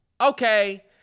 okay